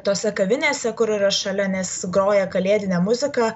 tose kavinėse kur yra šalia nes groja kalėdinė muzika